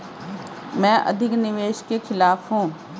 मैं अधिक निवेश के खिलाफ हूँ